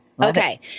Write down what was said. Okay